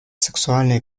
сексуальной